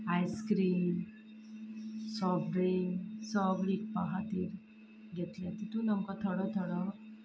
ice cream soft drink विकपा खातीर घेतलें तितूंत आमकां थोडो थोडो